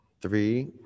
three